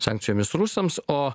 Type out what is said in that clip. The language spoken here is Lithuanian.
sankcijomis rusams o